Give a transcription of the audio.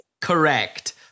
Correct